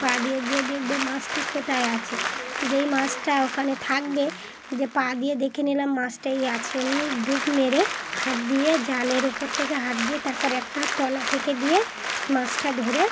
পা দিয়ে দিয়ে দেখবো মাছটা কোথায় আছে যেই মাছটা ওখানে থাকবে যে পা দিয়ে দেখে নিলাম মাছটাই আছে এমনি ডুব মেরে হাত দিয়ে জালের ওপর থেকে হাত দিয়ে তারপর একটা তলা থেকে দিয়ে মাছটা ধরে